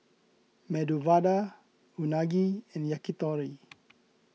Medu Vada Unagi and Yakitori